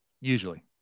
Usually